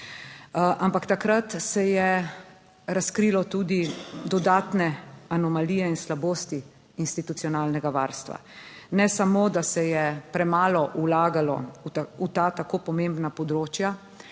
ampak takrat se je razkrilo tudi dodatne anomalije in slabosti institucionalnega varstva. Ne samo, da se je premalo vlagalo v ta tako pomembna področja,